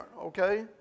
Okay